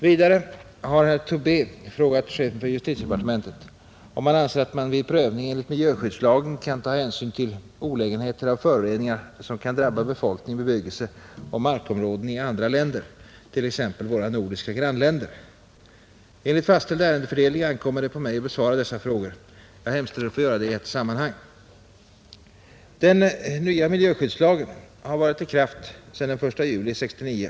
Vidare har herr Tobé frågat chefen för justitiedepartementet om han anser att man vid prövning enligt miljöskyddslagen kan ta hänsyn till olägenheter av föroreningar, som kan drabba befolkning, bebyggelse och markområden i andra länder, t.ex. våra nordiska grannländer. Enligt fastställd ärendefördelning ankommer det på mig att besvara dessa frågor. Jag hemställer att få göra detta i ett sammanhang. Den nya miljöskyddslagen har varit i kraft sedan den 1 juli 1969.